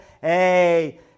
Hey